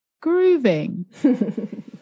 grooving